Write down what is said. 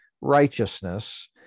righteousness